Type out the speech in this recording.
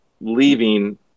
leaving